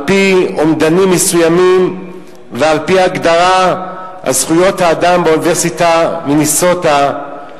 על-פי אומדנים מסוימים ועל-פי הגדרת זכויות האדם באוניברסיטת מינסוטה,